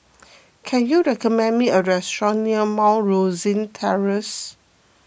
can you recommend me a restaurant near Mount Rosie Terrace